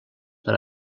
per